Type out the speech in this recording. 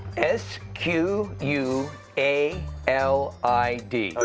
s q u a l i d.